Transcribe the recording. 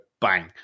bang